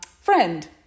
friend